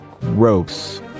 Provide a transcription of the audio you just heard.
gross